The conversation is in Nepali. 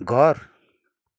घर